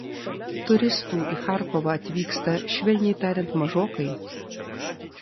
turistų į charkovą atvyksta švelniai tariant mažokai